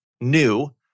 new